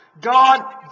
God